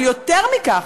אבל יותר מכך,